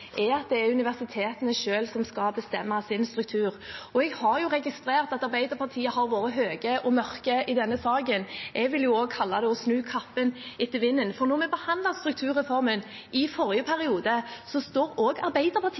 er at det er universitetene selv som skal bestemme sin struktur. Jeg har jo registrert at Arbeiderpartiet har vært høye og mørke i denne saken. Jeg vil også kalle det å snu kappen etter vinden, for da vi behandlet strukturreformen i forrige periode, sto også Arbeiderpartiet bak den. Arbeiderpartiet